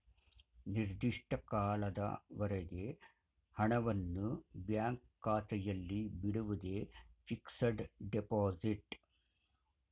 ನಿರ್ದಿಷ್ಟ ಕಾಲದವರೆಗೆ ಹಣವನ್ನು ಬ್ಯಾಂಕ್ ಖಾತೆಯಲ್ಲಿ ಬಿಡುವುದೇ ಫಿಕ್ಸಡ್ ಡೆಪೋಸಿಟ್